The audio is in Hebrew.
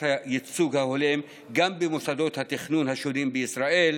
הייצוג ההולם גם במוסדות התכנון השונים בישראל,